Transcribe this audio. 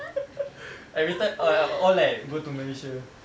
every time all all like go to malaysia